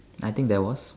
I think there was